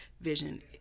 vision